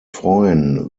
freuen